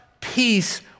peace